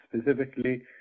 specifically